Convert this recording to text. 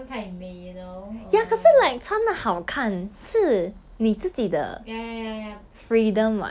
I want to that's why I I love wearing like boots and like you know like dress up to 出门 but then 我 I don't like it when 人家 like